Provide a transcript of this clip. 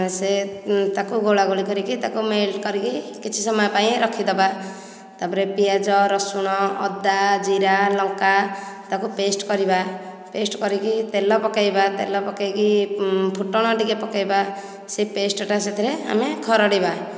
ସେ ତାକୁ ଗୋଳାଗୋଳି କରିକି ତାକୁ ମେଲ୍ଟ୍ କରିକି କିଛି ସମୟ ପାଇଁ ରଖିଦେବା ତାପରେ ପିଆଜ ରସୁଣ ଅଦା ଜିରା ଲଙ୍କା ତାକୁ ପେଷ୍ଟ୍ କରିବା ପେଷ୍ଟ୍ କରିକି ତେଲ ପକେଇବା ତେଲ ପକେଇକି ଫୁଟଣ ଟିକେ ପକେଇବା ସେ ପେଷ୍ଟ୍ ଟା ସେଥିରେ ଆମେ ଖରଡ଼ିବା